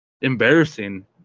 embarrassing